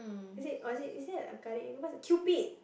is it or is it is there a guardian angel what is that ah Cupid